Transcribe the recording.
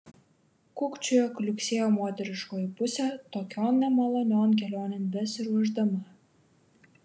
kukčiojo kliuksėjo moteriškoji pusė tokion nemalonion kelionėn besiruošdama